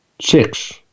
Six